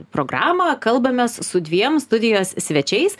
programą kalbamės su dviem studijos svečiais